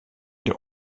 der